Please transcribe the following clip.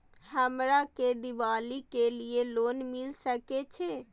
हमरा के दीपावली के लीऐ लोन मिल सके छे?